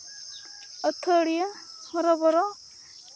ᱟᱹᱛᱷᱟᱹᱲᱤᱭᱟᱹ ᱦᱚᱨᱚ ᱵᱚᱨᱚ